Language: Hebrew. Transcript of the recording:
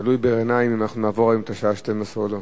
6101. ישיב סגן שר האוצר יצחק כהן.